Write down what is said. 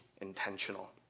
intentional